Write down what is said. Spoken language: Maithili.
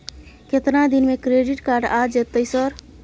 केतना दिन में क्रेडिट कार्ड आ जेतै सर?